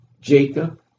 Jacob